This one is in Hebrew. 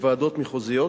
בוועדות מחוזיות